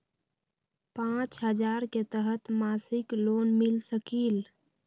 पाँच हजार के तहत मासिक लोन मिल सकील?